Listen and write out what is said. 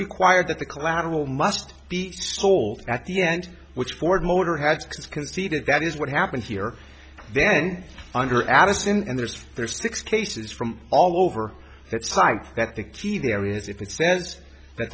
required that the collateral must be sold at the end which ford motor has conceded that is what happened here then under addison and there's there are six cases from all over it's time that the key there is if it says that